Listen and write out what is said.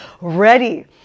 ready